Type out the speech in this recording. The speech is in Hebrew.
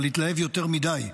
אבל התלהב יותר מדי.